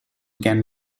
can